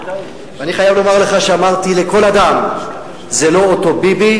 ואני חייב לומר לך שאמרתי לכל אדם: זה לא אותו ביבי,